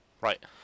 Right